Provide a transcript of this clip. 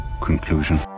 Conclusion